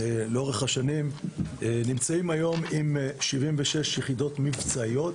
אנחנו נמצאים היום עם 76 יחידות מבצעיות,